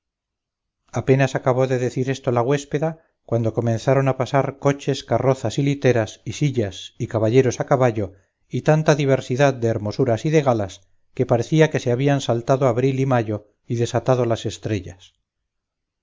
apenas acabó de decir esto la güéspeda cuando comenzaron a pasar coches carrozas y literas y sillas y caballeros a caballo y tanta diversidad de hermosuras y de galas que parecía que se habían soltado abril y mayo y desatado las estrellas